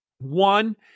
One